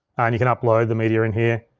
and you can upload the media in here.